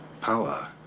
Power